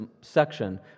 section